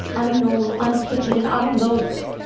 unknown, unpitied, and unloved!